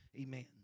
Amen